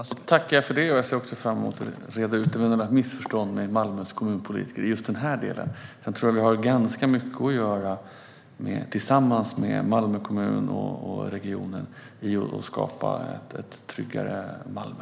Fru talman! Jag tackar för det, och jag ser också fram emot att reda ut eventuella missförstånd med Malmös kommunpolitiker i just den här delen. Sedan tror jag att vi har ganska mycket att göra tillsammans med Malmö kommun och regionen i att skapa ett tryggare Malmö.